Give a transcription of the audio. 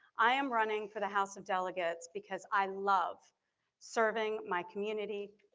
i am running for the house of delegates because i love serving my community.